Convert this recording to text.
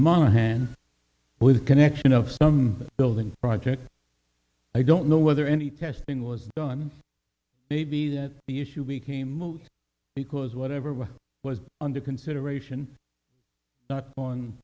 with connection of some building project i don't know whether any testing was done maybe that the issue became moot because whatever one was under consideration not